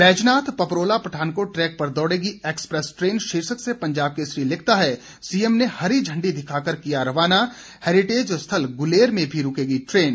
Baijnath Paprola Pathankot track पर दौड़ेगी express train शीर्षक से पंजाब केसरी लिखता है सीएम ने हरी झंडी दिखाकर किया रवाना हैरिटेज स्थल गुलेर में भी रूकेगी ट्रेन